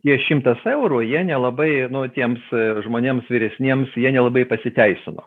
tie šimtas eurų jie nelabai nu tiems žmonėms vyresniems jie nelabai pasiteisino